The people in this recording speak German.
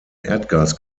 erdgas